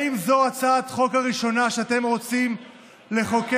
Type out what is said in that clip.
האם זו הצעת חוק הראשונה שאתם רוצים לחוקק?